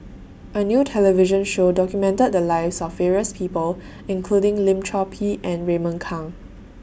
A New television Show documented The Lives of various People including Lim Chor Pee and Raymond Kang